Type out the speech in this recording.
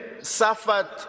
suffered